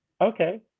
Okay